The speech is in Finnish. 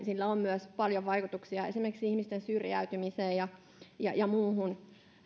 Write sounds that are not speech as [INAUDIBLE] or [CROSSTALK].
[UNINTELLIGIBLE] sillä on myös paljon vaikutuksia esimerkiksi ihmisten syrjäytymiseen ja ja muihin